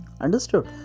Understood